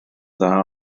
dda